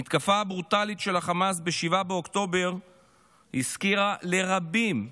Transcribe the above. המתקפה הברוטלית של החמאס ב-7 באוקטובר הזכירה לרבים,